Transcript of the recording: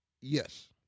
Yes